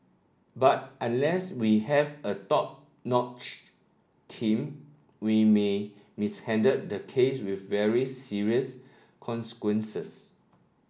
but unless we have a top notch team we may mishandle the case with very serious consequences